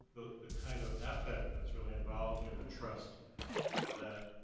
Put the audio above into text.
the kind of affect that's really involved in the trust that,